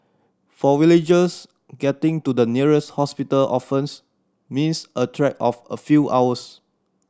for villagers getting to the nearest hospital often means a trek of a few hours